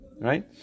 Right